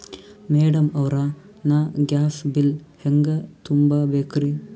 Madam ಅವ್ರ, ನಾ gas bill ಹೆಂಗ ತುಂಬಾ ಬೇಕ್ರಿ?